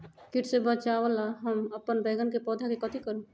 किट से बचावला हम अपन बैंगन के पौधा के कथी करू?